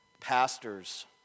pastors